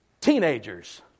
teenagers